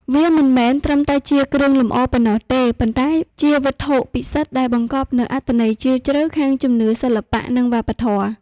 វាមិនមែនត្រឹមតែជាគ្រឿងលម្អប៉ុណ្ណោះទេ ប៉ុន្តែជាវត្ថុពិសិដ្ឋដែលបង្កប់នូវអត្ថន័យជ្រាលជ្រៅខាងជំនឿ សិល្បៈ និងវប្បធម៌។